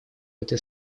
этой